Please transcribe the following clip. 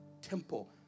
temple